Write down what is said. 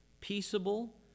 peaceable